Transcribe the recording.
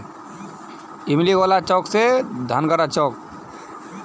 लाभेर तने इ दुनिया भरेर लोग व्यवसाय कर छेक